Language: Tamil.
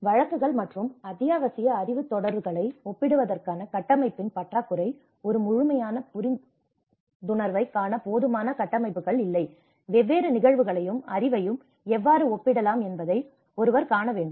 வழக்குகள் மற்றும் அத்தியாவசிய அறிவுத் தொடர்களை ஒப்பிடுவதற்கான கட்டமைப்பின் பற்றாக்குறை ஒரு முழுமையான புரிந்துணர்வைக் காண போதுமான கட்டமைப்புகள் இல்லை வெவ்வேறு நிகழ்வுகளையும் அறிவையும் எவ்வாறு ஒப்பிடலாம் என்பதை ஒருவர் காண வேண்டும்